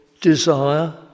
desire